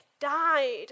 died